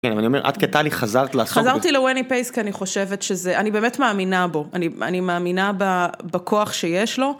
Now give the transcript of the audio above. ואני אומר, את כטלי חזרת לעשות את זה. חזרתי לווני פייסק, כי אני חושבת שזה, אני באמת מאמינה בו. אני מאמינה בכוח שיש לו.